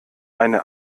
eine